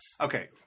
Okay